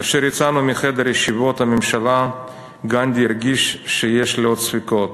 כאשר יצאנו מחדר ישיבות הממשלה גנדי הרגיש שיש לו עוד ספקות: